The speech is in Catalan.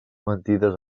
mentides